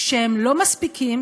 שהם לא מספיקים.